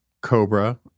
cobra